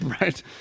right